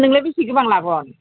नोंलाय बेसे गोबां लागोन